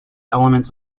elements